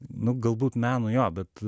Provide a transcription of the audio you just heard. nu galbūt meno jo bet